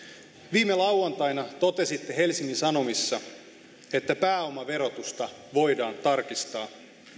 viime lauantaina totesitte helsingin sanomissa että pääomaverotusta voidaan tarkistaa